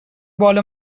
بال